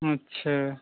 अच्छा